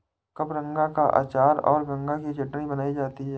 कबरंगा का अचार और गंगा की चटनी बनाई जाती है